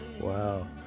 Wow